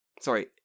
sorry